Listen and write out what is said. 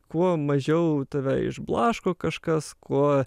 kuo mažiau tave išblaško kažkas kuo